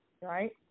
right